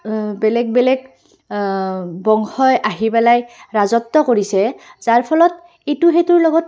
বেলেগ বেলেগ বংশই আহি পেলাই ৰাজত্ব কৰিছে যাৰ ফলত ইটো সিটোৰ লগত